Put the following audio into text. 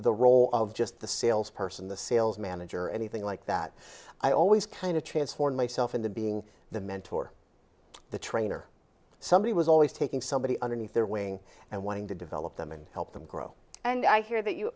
the role of just the sales person the sales manager or anything like that i always kind of transformed myself into being the mentor the trainer somebody was always taking somebody underneath their wing and wanting to develop them and help them grow and i hear that you